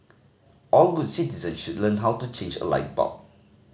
all good citizens should learn how to change a light bulb